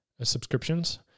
subscriptions